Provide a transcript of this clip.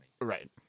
right